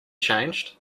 changed